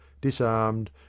disarmed